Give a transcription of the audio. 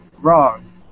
Wrong